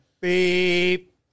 beep